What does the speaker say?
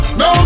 no